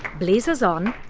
blazers on,